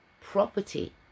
property